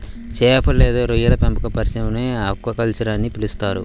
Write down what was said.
చేపలు లేదా రొయ్యల పెంపక పరిశ్రమని ఆక్వాకల్చర్ అని పిలుస్తారు